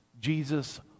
Jesus